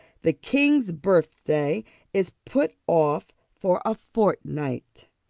the king's birthday is put off for a fortnight.